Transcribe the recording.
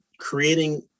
creating